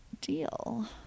deal